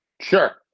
sure